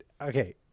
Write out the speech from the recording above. Okay